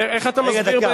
איך אתה מסביר,